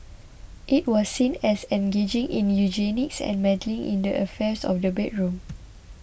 it was seen as engaging in eugenics and meddling in the affairs of the bedroom